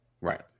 Right